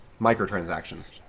Microtransactions